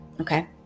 Okay